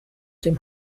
dem